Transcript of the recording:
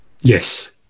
yes